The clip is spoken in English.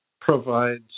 Provides